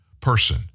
person